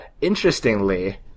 interestingly